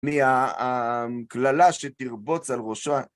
מהקללה שתרבוץ על ראשו.